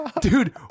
Dude